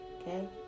okay